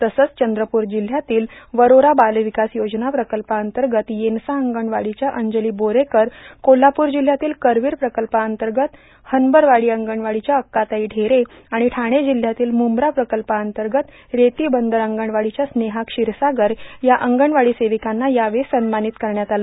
तसंच चंद्रपूर जिल्हयातील वरोरा बार्लावकास योजना प्रकल्पांतगत येनसा अंगणवाडीच्या अंजलां बोरेकर कोल्हापूर जिल्हयातील करवीर प्रकल्पांतगत हनबरवाडी अंगणवाडीच्या अक्काताई ढेरे आर्गाण ठाणे जिल्हयातील मुंब्रा प्रकल्पांतगत रेती बंदर अंगणवाडीच्या स्नेहा क्षिरसागर या अंगणवाडी र्सोवकांना यावेळी सन्मानीत करण्यात आलं